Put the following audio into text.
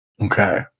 Okay